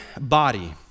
body